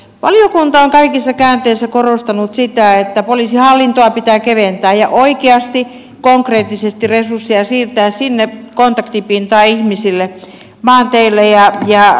valiokunta on kaikissa käänteissä korostanut sitä että poliisihallintoa pitää keventää ja oikeasti konkreettisesti resursseja siirtää sinne kontaktipintaan ihmisille maanteille ja lähityöhön